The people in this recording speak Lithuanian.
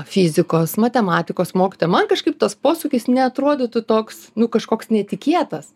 fizikos matematikos mokytoja man kažkaip tas posūkis neatrodytų toks nu kažkoks netikėtas